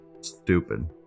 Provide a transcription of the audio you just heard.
Stupid